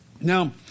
Now